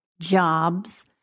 jobs